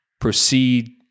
proceed